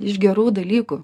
iš gerų dalykų